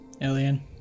Alien